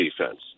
defense